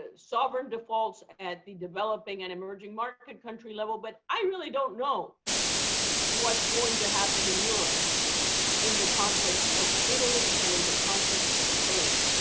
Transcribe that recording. ah sovereign defaults at the developing and emerging market country level, but i really don't know what's going to happen in europe in the context of italy and in the context of spain.